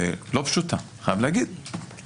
ואני חייב להגיד, שגם לא פשוטה.